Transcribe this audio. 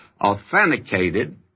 authenticated